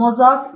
Mozart A